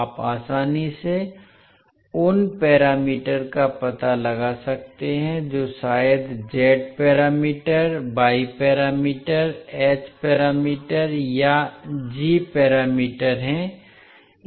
आप आसानी से उन पैरामीटर का पता लगा सकते हैं जो शायद Z parameter Y parameter H parameter या जी पैरामीटर हैं